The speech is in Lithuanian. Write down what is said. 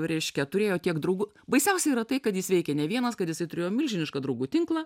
reiškia turėjo tiek draugų baisiausia yra tai kad jis veikė ne vienas kad jisai turėjo milžinišką draugų tinklą